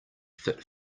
fit